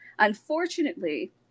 Unfortunately